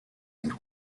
and